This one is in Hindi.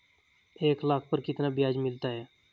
एक लाख पर कितना ब्याज मिलता है?